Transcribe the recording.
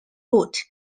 route